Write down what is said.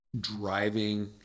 driving